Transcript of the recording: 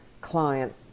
client